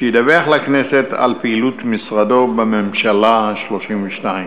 שידווח לכנסת על פעילות משרדו בממשלה ה-32.